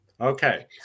Okay